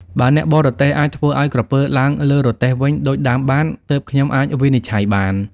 បើអ្នកបរទេះអាចធ្វើឲ្យក្រពើឡើងលើរទេះវិញដូចដើមបាន ទើបខ្ញុំអាចវិនិច្ឆ័យបាន"។